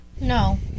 No